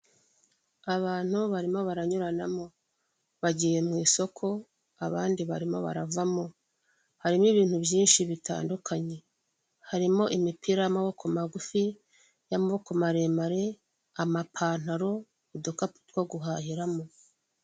Ibi ni ibikorwa bya leta birimo kubaka imihanda ikomeye inyurwamo n'ibinyabiziga nka za hoho n'amabisi atwara abagenzi.